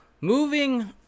Moving